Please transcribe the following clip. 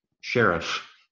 sheriff